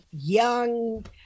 young